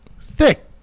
Thick